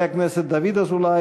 של חברי הכנסת דוד אזולאי,